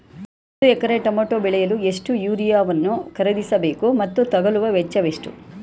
ಒಂದು ಎಕರೆ ಟಮೋಟ ಬೆಳೆಯಲು ಎಷ್ಟು ಯೂರಿಯಾವನ್ನು ಖರೀದಿಸ ಬೇಕು ಮತ್ತು ತಗಲುವ ವೆಚ್ಚ ಎಷ್ಟು?